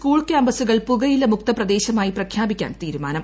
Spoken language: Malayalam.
സ്കൂൾ ക്യാമ്പസുകൾ പുകയില മുക്ത പ്രദേശമായി പ്രഖ്യാപിക്കാൻ തീരുമാനം